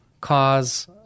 cause